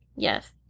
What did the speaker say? Yes